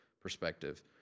perspective